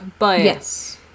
Yes